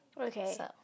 Okay